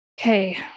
okay